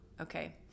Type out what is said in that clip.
okay